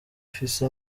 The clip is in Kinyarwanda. ufise